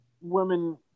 women